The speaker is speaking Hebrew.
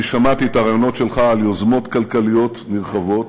אני שמעתי את הרעיונות שלך על יוזמות כלכליות נרחבות